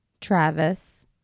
Travis